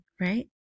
right